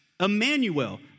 Emmanuel